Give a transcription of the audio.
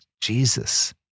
Jesus